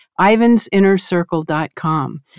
IvansInnerCircle.com